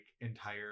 entire